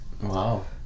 Wow